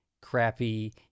crappy